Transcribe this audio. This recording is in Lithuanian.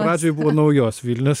pradžioj buvo naujos vilnios